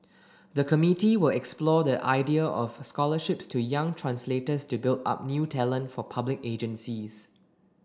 the committee will explore the idea of scholarships to young translators to build up new talent for public agencies